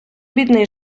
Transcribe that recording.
бідний